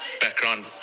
background